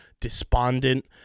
despondent